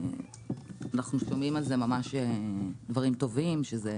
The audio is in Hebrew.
אנחנו שומעים על זה דברים טובים, שזה